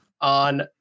on